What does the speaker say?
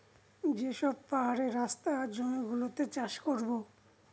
যে সব পাহাড়ের রাস্তা আর জমি গুলোতে চাষ করাবো